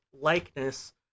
likeness